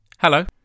Hello